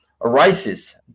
arises